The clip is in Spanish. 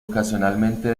ocasionalmente